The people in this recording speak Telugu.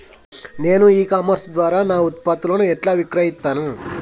నేను ఇ కామర్స్ ద్వారా నా ఉత్పత్తులను ఎట్లా విక్రయిత్తను?